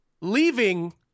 leaving